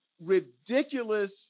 ridiculous